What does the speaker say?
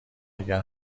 دیگر